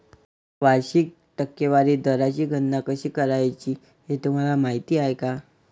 वार्षिक टक्केवारी दराची गणना कशी करायची हे तुम्हाला माहिती आहे का?